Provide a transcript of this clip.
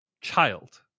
child